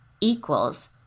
equals